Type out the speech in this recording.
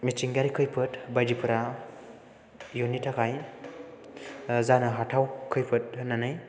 मिथिंगायारि खैफोद बायदिफोरा इयुननि थाखाय जानो हाथाव खैफोद होननानै